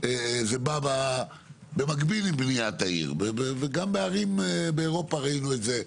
זה בא במקביל עם בניית העיר וגם בערים באירופה ראינו את זה,